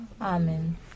Amen